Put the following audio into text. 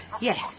yes